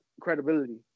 credibility